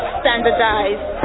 standardized